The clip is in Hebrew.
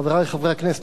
חברי חברי הכנסת,